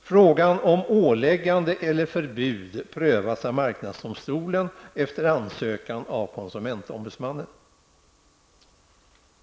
Frågan om åläggande eller förbud prövas av marknadsdomstolen efter ansökan av konsumentombudsmannen.